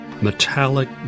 metallic